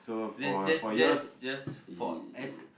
let's just just just for as